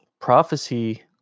Prophecy